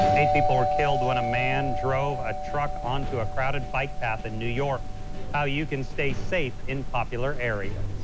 eight people killed when a man drove a tru onto a crowded bike path in new york how you can stay safe in popular areas.